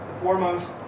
foremost